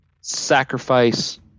Sacrifice